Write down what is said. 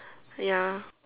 ya